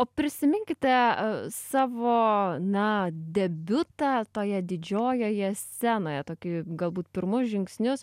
o prisiminkite savo na debiutą toje didžiojoje scenoje tokį galbūt pirmus žingsnius